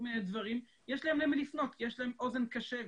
מיני דברים יש להם למי לפנות כי יש להם אוזן קשבת.